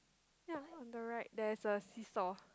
ya on the right there is a seesaw